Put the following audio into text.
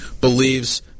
believes